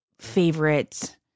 favorite